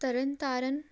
Tarn Taran